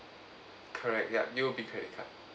correct ya U_O_B credit card